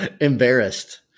Embarrassed